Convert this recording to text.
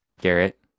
Garrett